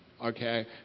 okay